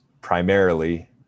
primarily